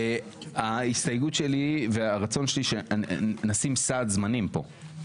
ההסתייגות שלי והרצון שלי שנשים סעד זמנים פה,